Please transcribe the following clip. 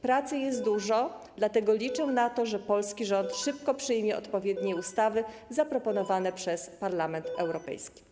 Pracy jest dużo, dlatego liczę na to, że polski rząd szybko przyjmie odpowiednie ustawy zaproponowane przez Parlament Europejski.